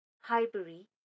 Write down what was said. Highbury